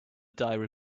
diary